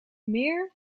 meer